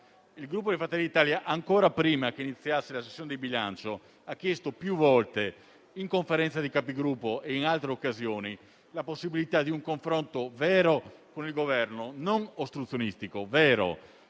Il Gruppo Fratelli d'Italia, ancora prima che iniziasse la sessione di bilancio, ha chiesto più volte in Conferenza dei Capigruppo e in altre occasioni la possibilità di un confronto non ostruzionistico, ma vero